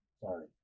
Sorry